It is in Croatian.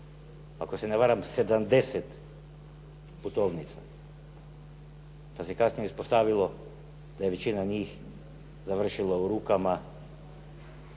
ako se ne varam 70 putovnica. Pa se kasnije uspostavilo da je većina njih završila u rukama